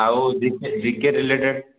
ଆଉ G K G K related